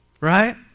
Right